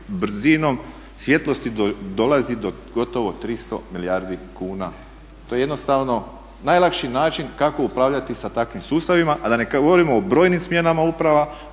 brzinom svjetlosti dolazi do gotovo 300 milijardi kuna. To je jednostavno najlakši način kako upravljati sa takvim sustavima a da ne govorimo o brojnim smjenama uprava,